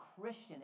Christian